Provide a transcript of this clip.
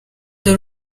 dore